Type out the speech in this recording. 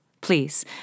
Please